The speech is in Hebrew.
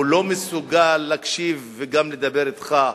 הוא לא מסוגל להקשיב וגם לדבר אתך.